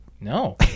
No